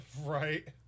right